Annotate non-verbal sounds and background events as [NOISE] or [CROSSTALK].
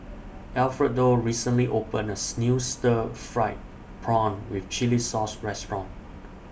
Alfredo recently opened [NOISE] New Stir Fried Prawn with Chili Sauce Restaurant